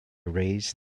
raise